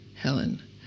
Helen